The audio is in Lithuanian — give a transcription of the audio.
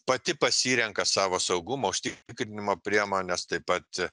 pati pasirenka savo saugumo užtikrinimo priemones taip pat